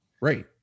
right